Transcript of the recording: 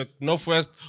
Northwest